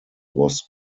was